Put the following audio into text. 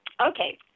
Okay